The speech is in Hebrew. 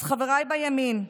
אז חבריי בימין,